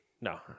no